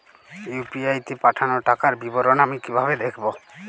UPI তে পাঠানো টাকার বিবরণ আমি কিভাবে দেখবো?